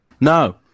No